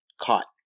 caught